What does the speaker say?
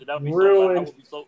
ruined –